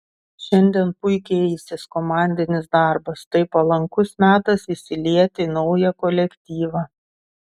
šiandien puikiai eisis komandinis darbas tai palankus metas įsilieti į naują kolektyvą